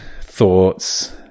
thoughts